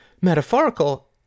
metaphorical